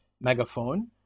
Megaphone